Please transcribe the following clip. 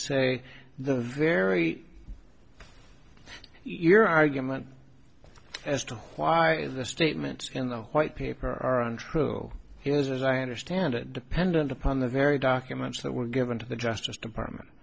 say the very your argument as to why is the statement in the white paper are untrue he has as i understand it dependent upon the very documents that were given to the justice department